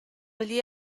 gli